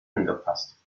angepasst